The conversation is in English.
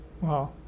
Wow